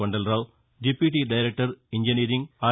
Kondalarao deputy director engineering are